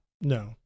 No